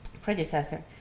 predecessor,